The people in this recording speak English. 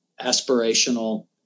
aspirational